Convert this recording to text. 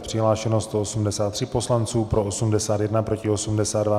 Přihlášeno 183 poslanců, pro 81, proti 82.